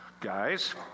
guys